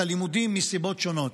את הלימודים מסיבות שונות.